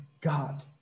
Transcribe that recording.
God